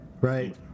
right